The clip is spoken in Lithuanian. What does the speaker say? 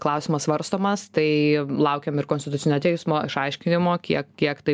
klausimas svarstomas tai laukiam ir konstitucinio teismo išaiškinimo kiek kiek tai